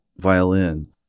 violin